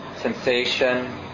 sensation